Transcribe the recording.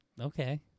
Okay